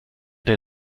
der